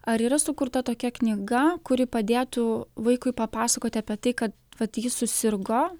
ar yra sukurta tokia knyga kuri padėtų vaikui papasakoti apie tai kad vat ji susirgo